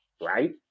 right